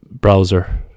browser